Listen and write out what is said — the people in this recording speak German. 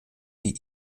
die